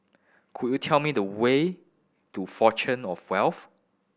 could you tell me the way to Fountain Of Wealth